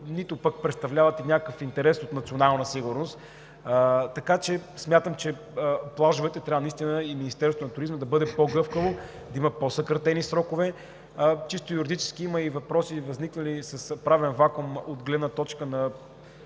нито пък представляват някакъв интерес за националната сигурност. Смятам, че за плажовете Министерството на туризма трябва да бъде по-гъвкаво и в по-съкратени срокове. Чисто юридически има и въпроси, възникнали с правен вакуум от гледна точка на